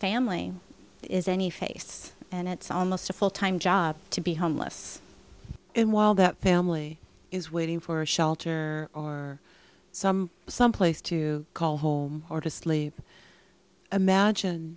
family is any face and it's almost a full time job to be homeless and while that family is waiting for shelter or some someplace to call home or to sleep imagine